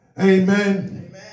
amen